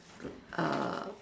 err